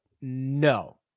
No